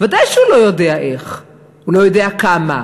ודאי שהוא לא יודע איך, הוא לא יודע כמה.